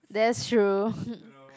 that's true